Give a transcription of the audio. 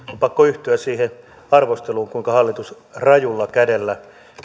pakko yhtyä siihen arvosteluun kuinka hallitus rajulla kädellä